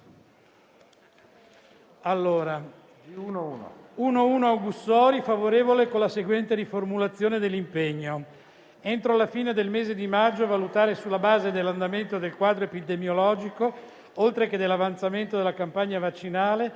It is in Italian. del giorno G1.1 con la seguente riformulazione dell'impegno: «entro la fine del mese di maggio a valutare, sulla base dell'andamento del quadro epidemiologico, oltre che dell'avanzamento della campagna vaccinale,